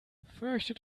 fürchtet